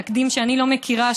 תקדים שאני לא מכירה,